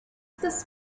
this